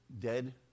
dead